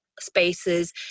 spaces